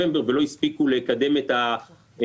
הביצוע בפועל ובהתאם אנחנו מוסיפים או מפחיתים לפי הביצוע